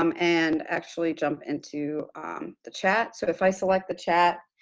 um and actually jump into the chat. so, if i select the chat,